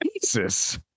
jesus